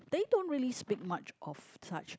they don't really speak much of such